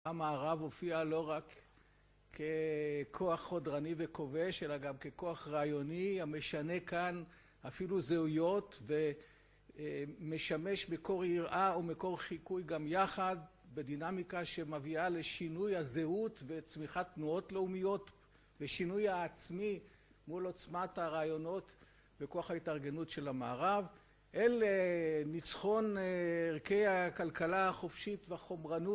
המערב הופיע לא רק ככוח חודרני וכובש אלא גם ככוח רעיוני המשנה כאן אפילו זהויות ומשמש מקור היראה ומקור חיקוי גם יחד, בדינמיקה שמביאה לשינוי הזהות וצמיחת תנועות לאומיות ושינוי העצמי מול עוצמת הרעיונות וכוח ההתארגנות של המערב, אל ניצחון ערכי הכלכלה החופשית והחומרנות